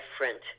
different